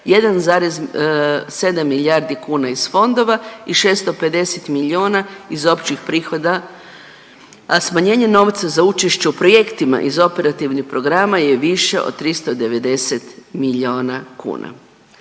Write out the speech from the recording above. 1,7 milijardi kuna iz fondova i 650 milijuna iz općih prihoda, a smanjenje novca za učešće u projektima iz operativnih programa je više od 390 milijuna kuna.